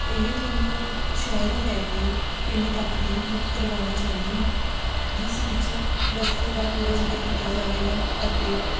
ਇਹ ਤੁਹਾਨੂੰ ਸ਼ਹਿਰੋਂ ਲੈ ਕੇ ਪਿੰਡ ਤੱਕ ਦੀ ਬੁੱਕ ਕਰਵਾਉਣਾ ਚਾਹੁੰਦੀ ਹਾਂ ਜਿਸ ਵਿੱਚ ਰਸਤੇ ਦਾ ਪੂਰਾ ਜ਼ਿਕਰ ਕੀਤਾ ਜਾਵੇਗਾ ਅਤੇ